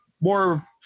more